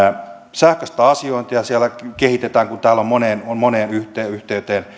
sähköistä asiointia siellä kehitetään kun täällä on tämä monessa yhteydessä